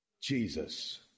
Jesus